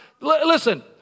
Listen